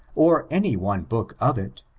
or any one book of it,